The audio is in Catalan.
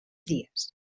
dies